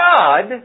God